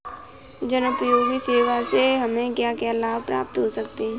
जनोपयोगी सेवा से हमें क्या क्या लाभ प्राप्त हो सकते हैं?